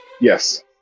Yes